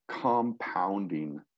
compounding